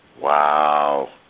Wow